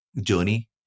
journey